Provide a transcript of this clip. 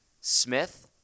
Smith